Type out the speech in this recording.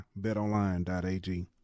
BetOnline.ag